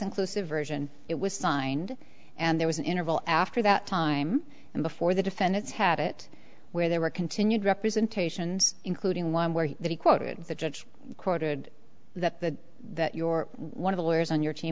inclusive version it was signed and there was an interval after that time and before the defendants had it where they were continued representations including one where he quoted the judge quoted that the that your one of the lawyers on your team